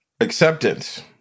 acceptance